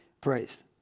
praised